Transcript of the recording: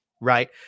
right